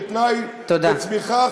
כתנאי לצמיחה,